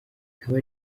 ikaba